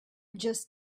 just